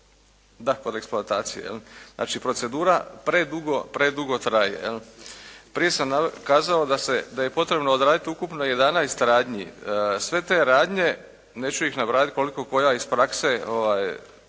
da kod eksploatacije. Znači procedura predugo traje. Prije sam kazao da je potrebno odraditi ukupno 11 radnji. Sve te radnje neću ih nabrajati koliko koja iz prakse